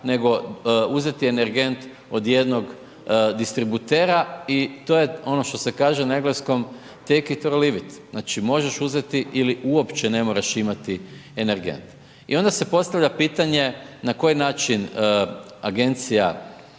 nego uzeti energent od jednog distributera i to je, ono što se kaže na engleskom, take it or leave it. Znači možeš uzeti ili uopće ne moraš imati energent. I onda se postavlja pitanje na koji način agencija